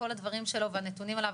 כל הדברים שלו והנתונים עליו,